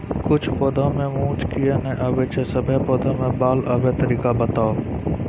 किछ पौधा मे मूँछ किये नै आबै छै, सभे पौधा मे बाल आबे तरीका बताऊ?